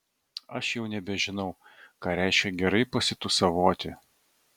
aš jau nebežinau ką reiškia gerai pasitūsavoti